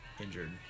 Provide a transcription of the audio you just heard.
Injured